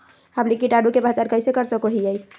हमनी कीटाणु के पहचान कइसे कर सको हीयइ?